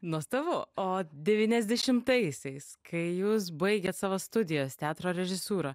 nuostabu o devyniasdešimtaisiais kai jūs baigėt savo studijas teatro režisūrą